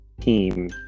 team